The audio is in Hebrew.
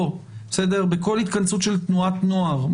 כל התכנסות של תנועת נוער.